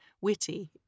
witty